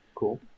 cool